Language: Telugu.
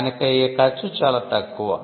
దానికయ్యే ఖర్చు చాలా తక్కువ